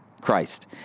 Christ